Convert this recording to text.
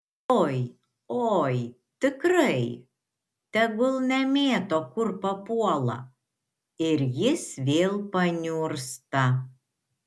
oi oi tikrai tegul nemėto kur papuola ir jis vėl paniursta